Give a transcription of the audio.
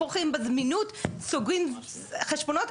פוגעים בזמינות, סוגרים חשבונות.